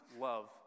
love